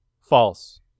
False